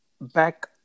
back